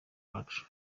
wacu